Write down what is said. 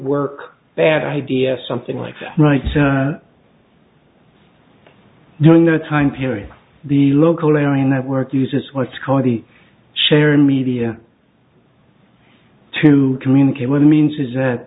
work bad idea something like that right during the time period the local area network uses what's called the sharing media to communicate with means is that